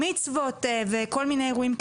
לכל ספרי הלימוד הרלוונטיים,